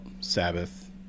Sabbath